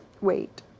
Wait